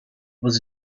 was